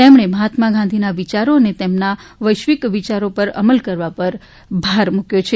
તેમણે મહાત્મા ગાંધીના વિચારો અને તેમના વૈશ્વિક વિયારો ઉપર અમલ કરવા પર ભાર મૂક્યો છે